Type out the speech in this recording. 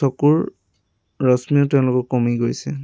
চকুৰ ৰশ্মিওঁ তেওঁলোকৰ কমি গৈছে